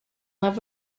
love